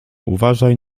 uważaj